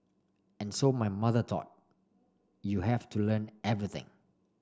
and so my mother thought you have to learn everything